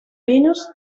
venus